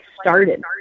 started